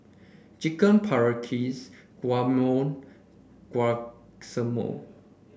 Chicken Paprikas Guacamole